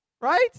Right